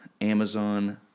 Amazon